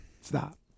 stop